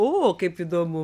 o kaip įdomu